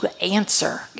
answer